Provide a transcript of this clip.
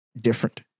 different